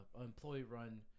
employee-run